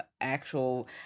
actual